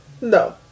No